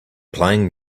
playing